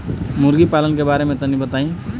मुर्गी पालन के बारे में तनी बताई?